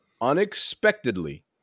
unexpectedly